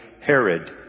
Herod